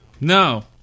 No